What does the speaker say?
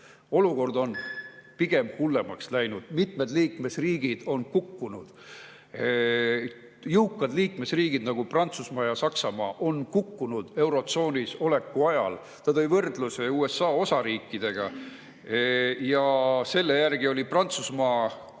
olukord on pigem hullemaks läinud. Mitmed liikmesriigid on kukkunud. Jõukad liikmesriigid, nagu Prantsusmaa ja Saksamaa, on kukkunud eurotsoonis oleku ajal. Ta tõi võrdluse USA osariikidega ja selle järgi oli Prantsusmaa kukkunud